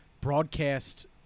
broadcast